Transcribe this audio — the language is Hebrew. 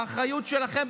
האחריות שלכם,